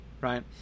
right